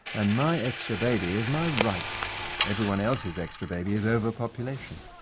and my extra baby is my right everybody else's extra baby is over-population.